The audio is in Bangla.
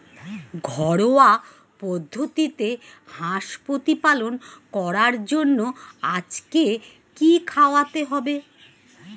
ঘরোয়া পদ্ধতিতে হাঁস প্রতিপালন করার জন্য আজকে কি খাওয়াতে হবে?